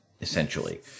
essentially